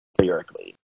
lyrically